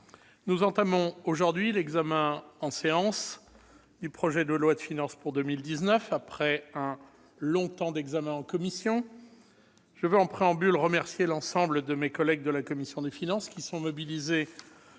nous entamons aujourd'hui l'examen en séance du projet de loi de finances pour 2019, après un long temps d'examen en commission. Je veux, en préambule, remercier l'ensemble de mes collègues de la commission des finances, mobilisés depuis